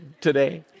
today